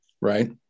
right